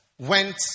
went